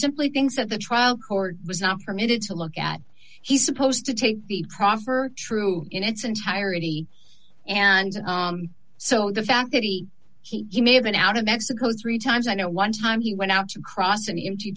simply things that the trial court was not permitted to look at he's supposed to take the proffer true in its entirety and so the fact that he he may have been out of mexico three times i know one time he went out to cross an e